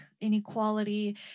inequality